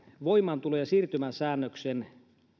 voimaantulo ja siirtymäsäännöksen